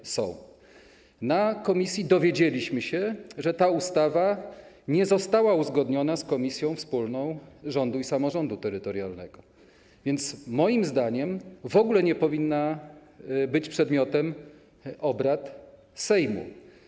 Na posiedzeniu komisji dowiedzieliśmy się, że ta ustawa nie została uzgodniona z Komisją Wspólną Rządu i Samorządu Terytorialnego, więc moim zdaniem w ogóle nie powinna być przedmiotem obrad Sejmu.